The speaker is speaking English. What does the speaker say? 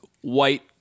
white